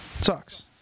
Sucks